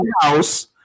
house